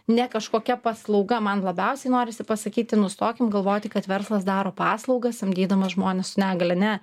ne kažkokia paslauga man labiausiai norisi pasakyti nustokim galvoti kad verslas daro paslaugą samdydamas žmones su negalia ne